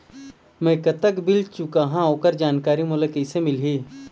मैं कतक बिल चुकाहां ओकर जानकारी मोला कइसे मिलही?